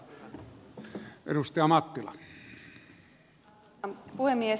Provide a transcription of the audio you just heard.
arvoisa puhemies